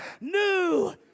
new